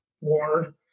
war